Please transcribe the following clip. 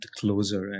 closer